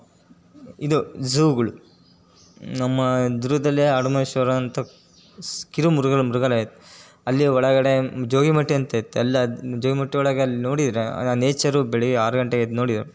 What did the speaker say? ಇದು ಝೂಗಳು ನಮ್ಮ ದುರ್ಗದಲ್ಲೇ ಆಡುಮಲ್ಲೇಶ್ವರ ಅಂತ ಕಿರು ಮೃಗಲ್ ಮೃಘಾಲಯ ಅಲ್ಲಿ ಒಳಗಡೆ ಜೋಗಿಮಟ್ಟಿ ಅಂತ ಇತ್ತು ಅಲ್ಲೇ ಜೋಗಿಮಟ್ಟಿ ಒಳಗೆ ಅಲ್ಲಿ ನೋಡಿದರೆ ಆ ನೇಚರು ಬೆಳಿಗ್ಗೆ ಆರು ಗಂಟೆಗೆ ಎದ್ದು ನೋಡಿದ್ರೆ